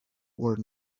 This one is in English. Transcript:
were